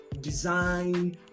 design